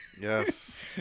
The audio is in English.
Yes